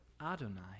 Adonai